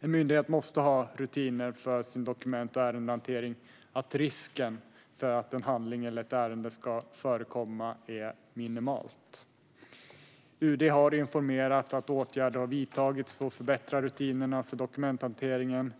En myndighet måste ha sådana rutiner för sin dokument och ärendehantering att risken för att en handling eller ett ärende ska förkomma är minimal. UD har informerat om att åtgärder har vidtagits för att förbättra rutinerna för dokumenthanteringen.